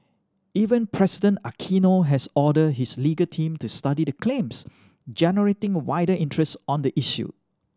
Even President Aquino has ordered his legal team to study the claims generating wider interest on the issue